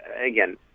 again